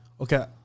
Okay